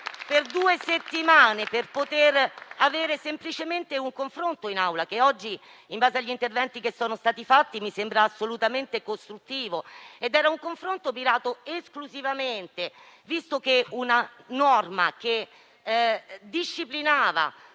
per due settimane per poter avere semplicemente un confronto in Assemblea, che oggi, in base agli interventi svolti, mi sembra assolutamente costruttivo. Era un confronto necessario, visto che una norma che disciplinava